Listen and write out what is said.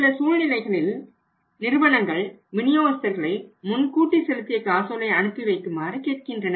சில சூழ்நிலைகளில் நிறுவனங்கள் விநியோகஸ்தர்களை முன்கூட்டி செலுத்திய காசோலை அனுப்பி வைக்குமாறு கேட்கின்றனர்